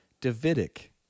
Davidic